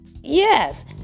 Yes